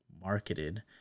marketed